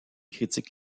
critique